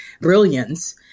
brilliance